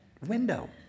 window